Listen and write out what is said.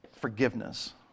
Forgiveness